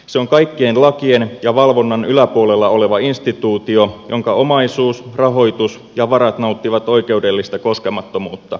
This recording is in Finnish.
se on kaikkien lakien ja valvonnan yläpuolella oleva instituutio jonka omaisuus rahoitus ja varat nauttivat oikeudellista koskemattomuutta